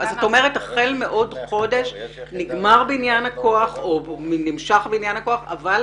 את אומרת שהחל מעוד חודש נגמר בניין הכוח ופועלים בשטח.